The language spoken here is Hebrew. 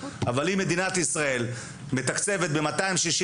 אבל אם מדינת ישראל מתקצבת ב-260